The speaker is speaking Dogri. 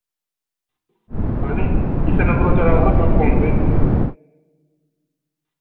हैन्नी इस्सै नंबर पर चला दा थुआढ़ा फोन पे